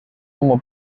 como